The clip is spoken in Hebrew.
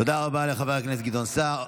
תודה רבה לחבר הכנסת גדעון סער.